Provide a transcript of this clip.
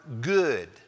good